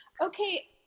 Okay